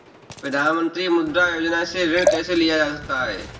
प्रधानमंत्री मुद्रा योजना से ऋण कैसे लिया जा सकता है?